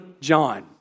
John